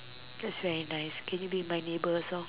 that's very nice can you be my neighbor also